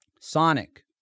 Sonic